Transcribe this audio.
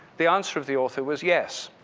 the answer of the author was yes,